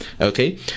okay